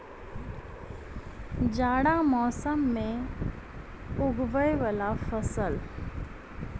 जाड़ा मौसम मे उगवय वला फसल?